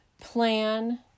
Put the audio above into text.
plan